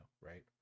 right